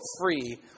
free